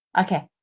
Okay